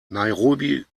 nairobi